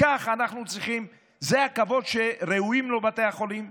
כך אנחנו צריכים, זה הכבוד שראויים לו בתי החולים?